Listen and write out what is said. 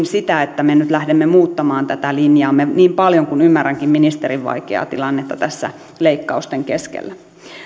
sitä että me nyt lähdemme muuttamaan tätä linjaamme niin paljon kuin ymmärränkin ministerin vaikeaa tilannetta tässä leikkausten keskellä